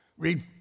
read